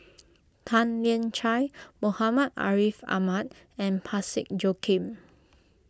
Tan Lian Chye Muhammad Ariff Ahmad and Parsick Joaquim